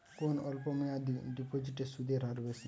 কোন অল্প মেয়াদি ডিপোজিটের সুদের হার বেশি?